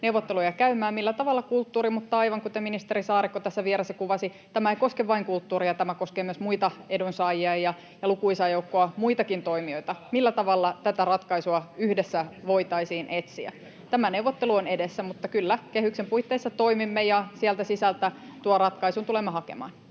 neuvotteluja käymään siitä, millä tavalla kulttuuriin — mutta aivan kuten ministeri Saarikko tässä vieressä kuvasi, tämä ei koske vain kulttuuria, tämä koskee myös muita edunsaajia ja lukuisaa joukkoa muitakin toimijoita — yhdessä tätä ratkaisua voitaisiin etsiä. Tämä neuvottelu on edessä, mutta kyllä kehyksen puitteissa toimimme, ja sieltä sisältä tuon ratkaisun tulemme hakemaan.